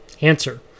Answer